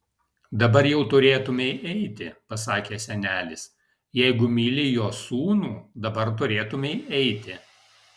dabar jau turėtumei eiti pasakė senelis jeigu myli jo sūnų dabar turėtumei eiti